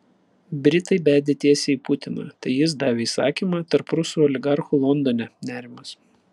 britai bedė tiesiai į putiną tai jis davė įsakymą tarp rusų oligarchų londone nerimas